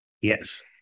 Yes